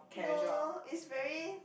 no it's very